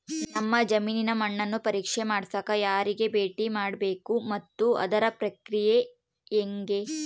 ನಮ್ಮ ಜಮೇನಿನ ಮಣ್ಣನ್ನು ಪರೇಕ್ಷೆ ಮಾಡ್ಸಕ ಯಾರಿಗೆ ಭೇಟಿ ಮಾಡಬೇಕು ಮತ್ತು ಅದರ ಪ್ರಕ್ರಿಯೆ ಹೆಂಗೆ?